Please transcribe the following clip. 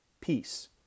peace